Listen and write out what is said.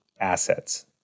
assets